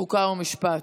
חוק ומשפט.